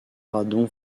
radon